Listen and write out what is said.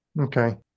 okay